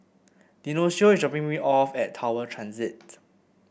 Dionicio is dropping me off at Tower Transit